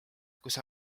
kus